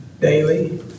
daily